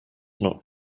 not